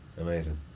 Amazing